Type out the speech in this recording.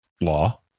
law